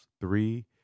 three